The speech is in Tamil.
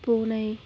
பூனை